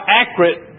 accurate